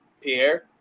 Pierre